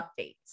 updates